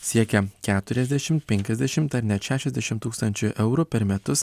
siekia keturiasdešimt penkiasdešimt ar net šešiasdešimt tūkstančių eurų per metus